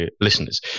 listeners